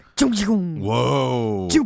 Whoa